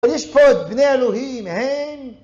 ולשפוט בני אלוהים, אין?